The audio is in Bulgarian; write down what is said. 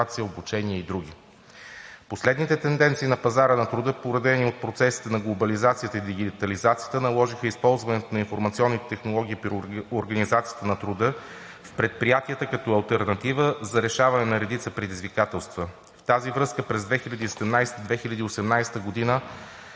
обучение и други. Последните тенденции на пазара на труда, породени от процесите на глобализацията и дигитализацията, наложиха използването на информационните технологии при организацията на труда в предприятията като алтернатива за решаване на редица предизвикателства. В тази връзка през 2017 – 2018 г.